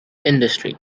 industry